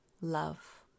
love